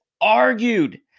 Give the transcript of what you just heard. argued